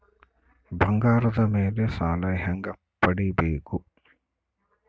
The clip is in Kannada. ಬಂಗಾರದ ಮೇಲೆ ಸಾಲ ಹೆಂಗ ಪಡಿಬೇಕು?